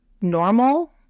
normal